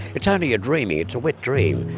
it's only a dreaming, it's a wet dream,